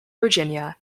virginia